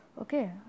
okay